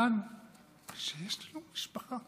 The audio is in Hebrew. מכיוון שיש לנו משפחה.